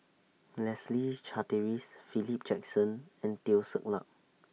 Leslie Charteris Philip Jackson and Teo Ser Luck